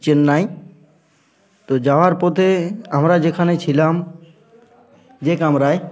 চেন্নাই তো যাওয়ার পথ আমরা যেখানে ছিলাম যে কামরায়